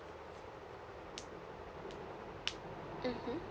mmhmm